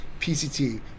PCT